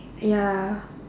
ya